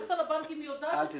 כמפקחת על הבנקים יודעת את זה.